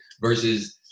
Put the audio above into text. Versus